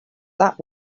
that